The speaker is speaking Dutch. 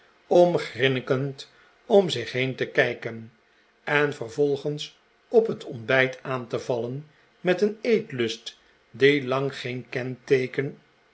om grinnikend om zich heen te kijken en vervolgens op het ontbijt aan te vallen met een eetlust die lang geen